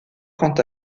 quant